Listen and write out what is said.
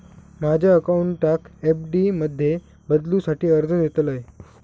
माझ्या अकाउंटाक एफ.डी मध्ये बदलुसाठी अर्ज देतलय